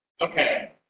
Okay